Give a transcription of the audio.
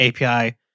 API